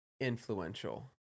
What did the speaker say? influential